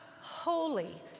holy